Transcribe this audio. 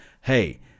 hey